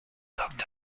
looked